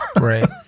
right